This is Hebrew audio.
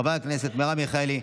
חברי הכנסת מרב מיכאלי,